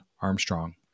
Armstrong